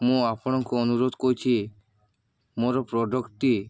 ମୁଁ ଆପଣଙ୍କୁ ଅନୁରୋଧ କହୁଛି ମୋର ପ୍ରଡ଼କ୍ଟ୍ଟି